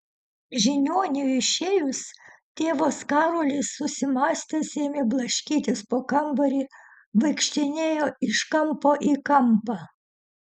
žiniuoniui išėjus tėvas karolis susimąstęs ėmė blaškytis po kambarį vaikštinėjo iš kampo į kampą